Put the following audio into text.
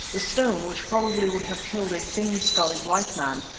the stone, which probably would have killed a thin-skulled white man,